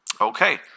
Okay